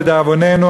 לדאבוננו,